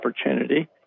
opportunity